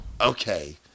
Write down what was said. okay